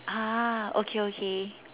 ah okay okay